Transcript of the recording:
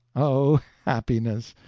oh, happiness!